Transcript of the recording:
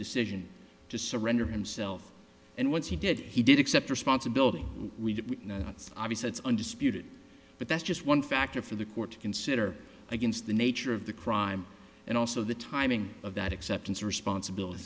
decision to surrender himself and once he did he did accept responsibility we know that's obvious that's undisputed but that's just one factor for the court to consider against the nature of the crime and also the timing of that acceptance responsibility